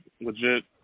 legit